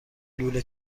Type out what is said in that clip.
لوله